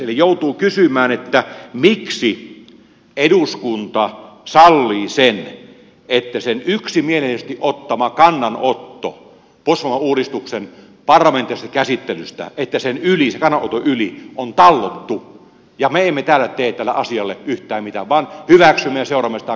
eli joutuu kysymään miksi eduskunta sallii sen että sen yksimielisesti ottaman kannanoton puolustusvoimauudistuksen parlamentaarisesta käsittelystä yli on tallottu ja me emme täällä tee tälle asialle yhtään mitään vaan hyväksymme ja seuraamme sitä katseella